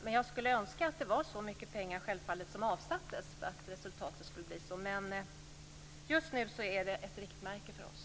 Men jag skulle självfallet önska att det var så mycket pengar som avsattes för att resultatet skulle bli sådant. Men just nu är det ett riktmärke för oss.